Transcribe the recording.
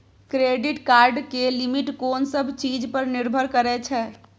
Credit card के limit कोन सब चीज पर निर्भर करै छै?